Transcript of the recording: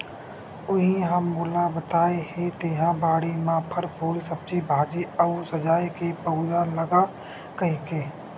उहीं ह मोला बताय हे तेंहा बाड़ी म फर, फूल, सब्जी भाजी अउ सजाय के पउधा लगा कहिके